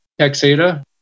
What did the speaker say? Texada